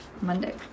Monday